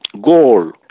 goal